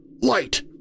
light